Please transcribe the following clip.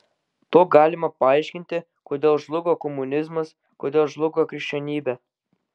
tuo galima paaiškinti kodėl žlugo komunizmas kodėl žlugo krikščionybė